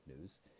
news